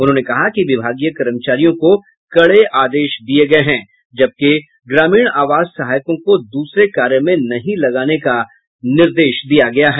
उन्होंने कहा कि विभागीय कर्मचारियों को कड़े आदेश दिये गये हैं जबकि ग्रामीण आवास सहायकों को दूसरे कार्य में नहीं लगाने का निर्देश दिया गया है